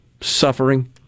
suffering